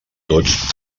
tots